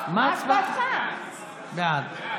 בעד.